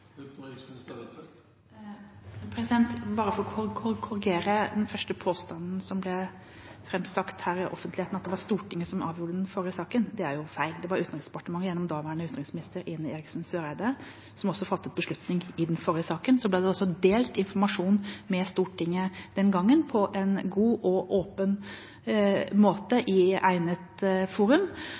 Bare for å korrigere den første påstanden som ble framsagt her i offentligheten, at det var Stortinget som avgjorde den forrige saken: Det er jo feil. Det var Utenriksdepartementet gjennom daværende utenriksminister Ine Eriksen Søreide som også fattet beslutning i den forrige saken. Så ble det delt informasjon med Stortinget den gangen på en god og åpen måte i egnet forum,